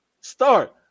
Start